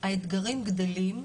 האתגרים גדלים,